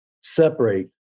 separate